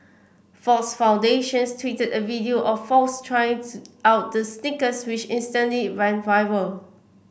Fox Foundations tweeted a video of Fox trying out the sneakers which instantly went viral